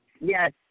Yes